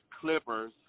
Clippers